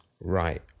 right